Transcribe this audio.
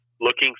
looking